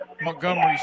Montgomery